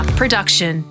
production